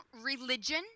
religion